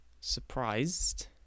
surprised